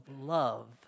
love